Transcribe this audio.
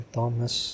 Thomas